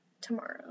tomorrow